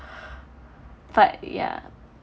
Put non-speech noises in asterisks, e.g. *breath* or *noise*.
*breath* but ya